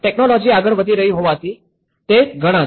technology આગળ વધી રહી હોવાથી તે ઘણા છે